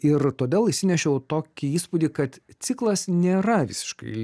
ir todėl išsinešiau tokį įspūdį kad ciklas nėra visiškai